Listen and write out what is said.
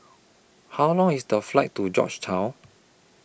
How Long IS The Flight to Georgetown